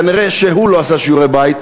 כנראה שהוא לא עשה שיעורי בית,